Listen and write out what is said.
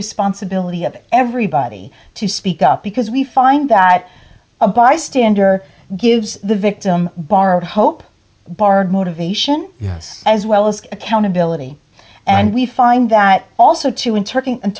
responsibility of everybody to speak up because we find that a bystander gives the victim bar of hope bard motivation as well as accountability and we find that also to inter and